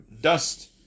dust